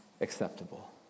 acceptable